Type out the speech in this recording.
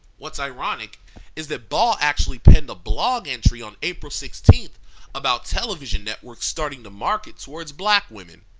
what's ironic is that ball actually penned a blog entry on april sixteen about television networks starting to market towards black women.